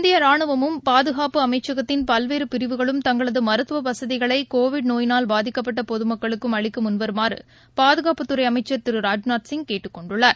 இந்தியரானுவமும் பாதுகாப்பு அமைச்சகத்தின் பல்வேறபிரிவுகளும் தங்களதுமருத்துவவசதிகளைகோவிட் நோயால் பாதிக்கப்பட்டபொதுமக்களுக்கும் அளிக்கமுன்வருமாறபாதுனப்புத்துறைஅமைச்ன் திரு ராஜ்நாத்சிய் கேட்டுக் கொண்டுள்ளார்